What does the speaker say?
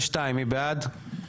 הצבעה בעד,